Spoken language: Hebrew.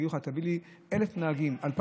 היא תגיד לך: תביא לי 1,000 נהגים,